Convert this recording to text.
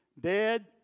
dead